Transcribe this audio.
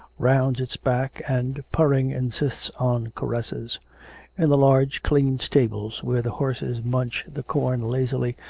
rounds its back, and, purring, insists on caresses in the large, clean stables where the horses munch the corn lazily,